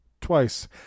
Twice